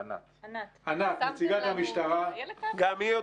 תאמין לי,